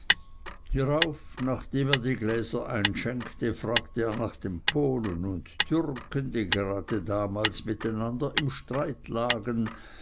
hierauf indem er die gläser einschenkte fragte er nach dem polen und türken die gerade damals miteinander im streit lagen